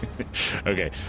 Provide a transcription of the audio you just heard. okay